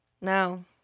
No